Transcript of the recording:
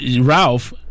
Ralph